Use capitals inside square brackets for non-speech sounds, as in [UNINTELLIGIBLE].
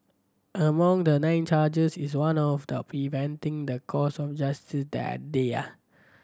among the nine charges is one of the preventing the course of justice that day [UNINTELLIGIBLE]